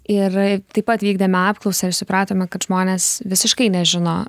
ir taip pat vykdėme apklausą ir supratome kad žmonės visiškai nežino